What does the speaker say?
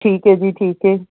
ਠੀਕ ਏ ਜੀ ਠੀਕ ਏ